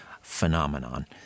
phenomenon